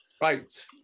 Right